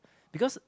because